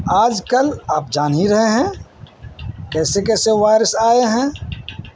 آج کل آپ جان ہی رہے ہیں کیسے کیسے وائرس آئے ہیں